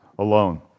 alone